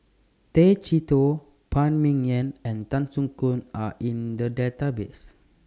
Tay Chee Toh Phan Ming Yen and Tan Soo Khoon Are in The Database